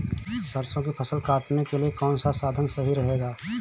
सरसो की फसल काटने के लिए कौन सा साधन सही रहेगा?